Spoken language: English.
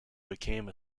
became